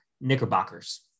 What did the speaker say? Knickerbockers